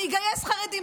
אני אגייס חרדים,